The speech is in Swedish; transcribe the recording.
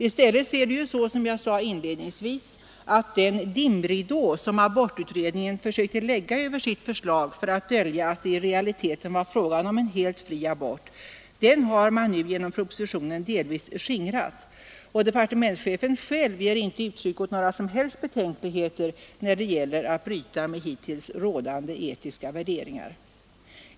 I stället är det så, som jag inledningsvis sade, att den dimridå som abortutredningen försökte lägga över sitt förslag för att dölja att det i realiteten var fråga om en helt fri abort nu genom propositionen delvis har skingrats. Departementschefen själv ger inte uttryck för några som helst betänkligheter när det gäller att bryta med hittills rådande etiska värderingar.